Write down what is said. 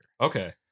Okay